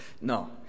No